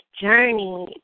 journey